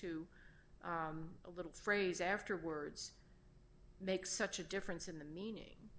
to a little phrase afterwards makes such a difference in the meaning